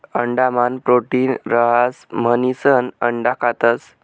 अंडा मान प्रोटीन रहास म्हणिसन अंडा खातस